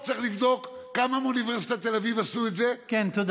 בדק את זה איש מקצוע, דקה, אדוני.